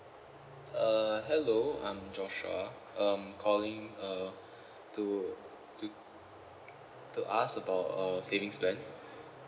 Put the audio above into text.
uh hello I'm joshua um calling uh to to to ask about uh savings plan